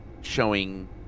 showing